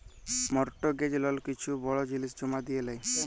mortgage লল কিছু বড় জিলিস জমা দিঁয়ে লেই